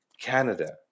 Canada